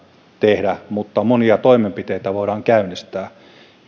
tehdä mutta monia toimenpiteitä voidaan käynnistää